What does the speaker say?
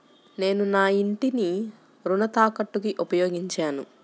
నేను నా ఇంటిని రుణ తాకట్టుకి ఉపయోగించాను